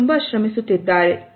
ಅವರು ತುಂಬಾ ಶ್ರಮಿಸುತ್ತಿದ್ದಾರೆ